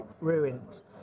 ruins